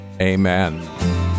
Amen